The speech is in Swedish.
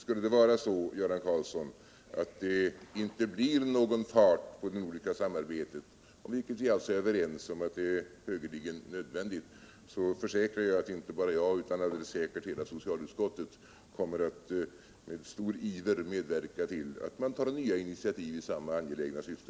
Skulle — pade det visa sig, Göran Karlsson, att det inte blir någon fart på det nordiska samarbetet — vilket vi är överens om är högeligen nödvändigt — försäkrar jag att inte bara jag utan alldeles säkert hela socialutskottet kommer att med stor iver medverka till att nya initiativ tas i samma angelägna syfte.